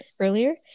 Earlier